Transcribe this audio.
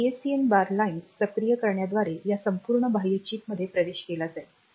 PSEN bar line सक्रियकरणाद्वारे या संपूर्ण बाह्य चिपमध्ये प्रवेश केला जाईल